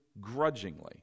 grudgingly